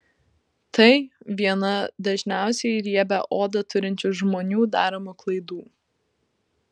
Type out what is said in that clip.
tai viena dažniausiai riebią odą turinčių žmonių daromų klaidų